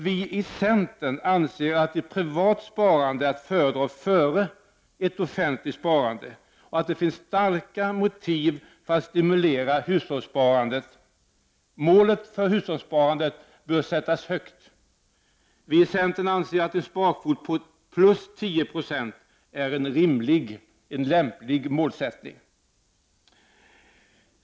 Vi i centern anser att ett privat sparande är att föredra före offentligt sparande och att det finns starka motiv för att stimulera hushållssparandet. Målet för hushållsparande bör sättas högt. Vi i centern anser att en sparkvot på 10 26 är en rimlig, lämplig målsättning.